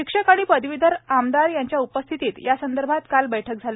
शिक्षक आणि पदवीधर आमदार यांच्या उपस्थितीत या संदर्भात काल बैठक झाली